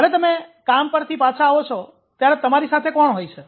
જ્યારે તમે કામ પરથી પાછા આવો છો ત્યારે તમારી સાથે કોણ હોય છે